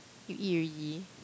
you eat already